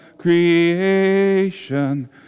creation